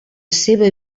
seva